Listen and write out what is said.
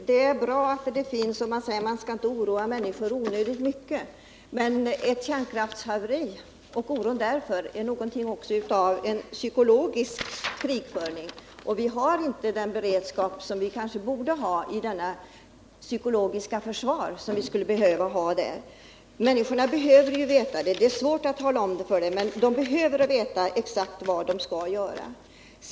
Herr talman! Det är bra att man inte vill oroa människor i onödan. Men beredskapen mot kärnkraftsolyckor kan liknas vid ett psykologiskt försvar. Vi har inte den beredskap som vi borde ha när det gäller detta psykologiska försvar. Människorna behöver ha information. Det är svårt att lämna denna information, men allmänheten måste få veta exakt vad den skall göra.